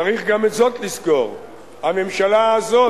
צריך גם את זאת לזכור: הממשלה הזאת,